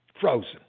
frozen